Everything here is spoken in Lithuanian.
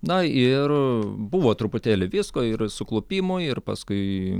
na ir buvo truputėlį visko ir suklupimų ir paskui